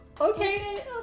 Okay